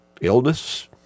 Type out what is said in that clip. illness